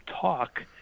talk